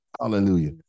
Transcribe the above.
Hallelujah